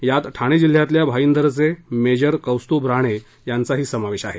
यात ठाणे जिल्ह्यातल्या भाईदरघे मेजर कौस्तूभ राणेयांचाही समावेश आहे